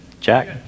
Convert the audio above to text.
Jack